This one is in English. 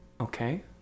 Okay